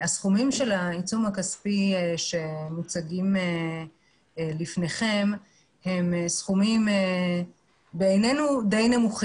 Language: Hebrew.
הסכומים של העיצום הכספי שמוצגים לפניכם הם די נמוכים בעינינו,